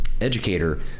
educator